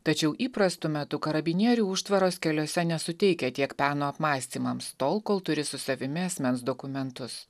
tačiau įprastu metu karabinierių užtvaros keliuose nesuteikia tiek peno apmąstymams tol kol turi su savimi asmens dokumentus